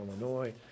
Illinois